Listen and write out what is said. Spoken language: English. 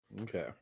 Okay